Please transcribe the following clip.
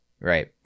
right